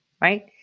right